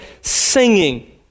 singing